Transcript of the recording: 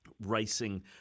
racing